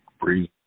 breathe